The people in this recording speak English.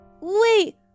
Wait